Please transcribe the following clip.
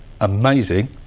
amazing